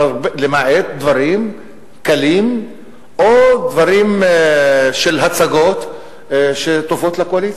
למעט דברים קלים או דברים של הצגות שטובות לקואליציה.